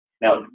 Now